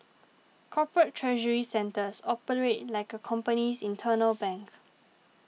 corporate treasury centres operate like a company's internal bank